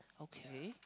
okay